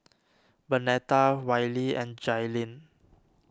Bernetta Wiley and Jailyn